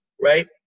right